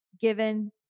given